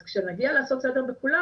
אז כשנגיע לעשות סדר בכולם,